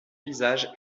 visage